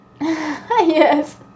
Yes